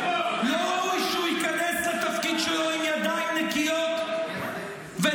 לא ראוי שהוא ייכנס לתפקיד שלו עם ידיים נקיות ונפש